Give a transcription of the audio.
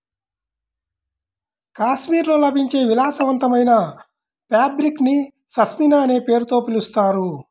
కాశ్మీర్లో లభించే విలాసవంతమైన ఫాబ్రిక్ ని పష్మినా అనే పేరుతో పిలుస్తారు